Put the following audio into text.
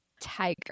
tiger